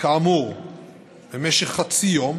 כאמור במשך חצי יום